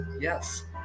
Yes